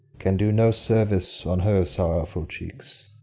can do no service on her sorrowful cheeks.